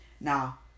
Now